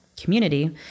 community